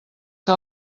que